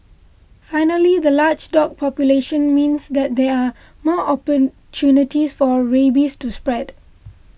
finally the large dog population means that there are more opportunities for rabies to spread